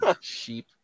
sheep